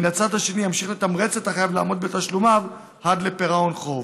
הצד השני ימשיך לתמרץ את החייב לעמוד בתשלומיו עד לפירעון החוב.